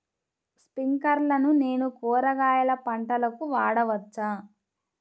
స్ప్రింక్లర్లను నేను కూరగాయల పంటలకు వాడవచ్చా?